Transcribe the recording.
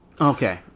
Okay